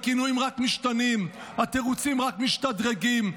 הכינויים רק משתנים, התירוצים רק משתדרגים.